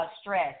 stress